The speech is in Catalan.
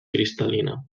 cristal·lina